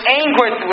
angry